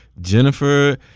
Jennifer